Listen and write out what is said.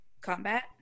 combat